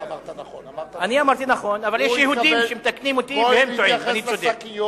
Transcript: הוא דיבר על שקיות